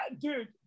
dude